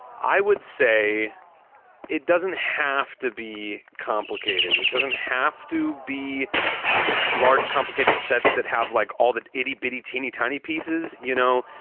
i would say it doesn't have to be complicated. it doesn't have to be the large, complicated sets that have like all that itty bitty teeny tiny pieces. you know,